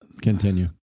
Continue